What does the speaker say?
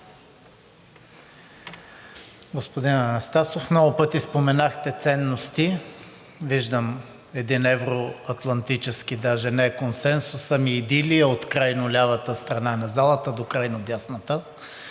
Господин Анастасов, много пъти споменахте ценности. Виждам един евро-атлантически даже не консенсус, ами идилия от крайнолявата страна на залата до крайнодясната.